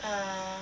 err